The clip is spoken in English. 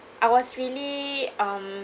I was really um